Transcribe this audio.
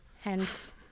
Hence